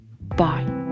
Bye